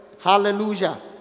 Hallelujah